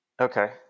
okay